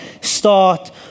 start